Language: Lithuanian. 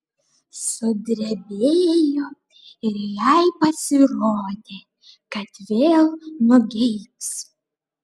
sudrebėjo ir jai pasirodė kad vėl nugeibs